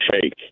shake